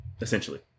essentially